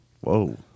Whoa